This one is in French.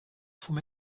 faut